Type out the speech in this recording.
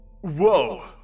Whoa